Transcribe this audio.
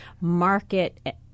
market